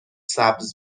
سبز